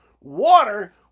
water